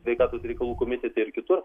sveikatos reikalų komitete ir kitur